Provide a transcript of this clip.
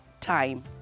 time